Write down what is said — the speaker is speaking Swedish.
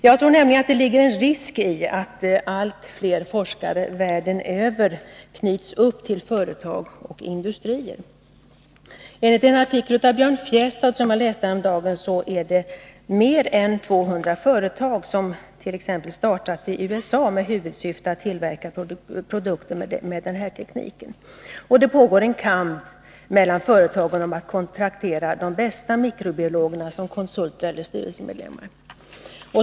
Jag tror nämligen att det ligger en risk i att allt fler forskare världen över knyts upp till företag och industrier. Enligt en artikel av Björn Fjestad som jag läste häromdagen har mer än 200 företag startats i USA med huvudsyfte att tillverka produkter med denna teknik. Vidare sägs att det pågår en kamp mellan företagen om att kontraktera de bästa mikrobiologerna som konsulter eller styrelsemedlemmar.